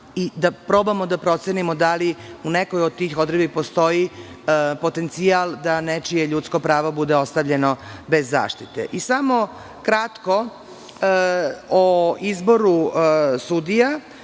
i da probamo da procenimo da li u nekoj od tih odredbi postoji potencijal da nečije ljudsko pravo bude ostavljeno bez zaštite. Kratko o izboru sudija.